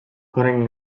putting